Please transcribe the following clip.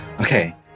okay